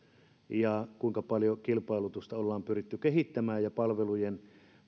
ja kuinka paljon kilpailutusta ollaan pyritty kehittämään ja palvelujen